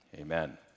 amen